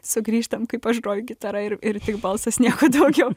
sugrįžtam kaip aš groju gitara ir ir tik balsas nieko daugiau